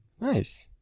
nice